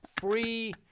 Free